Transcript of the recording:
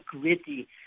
gritty